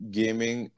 gaming